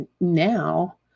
now